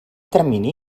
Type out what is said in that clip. termini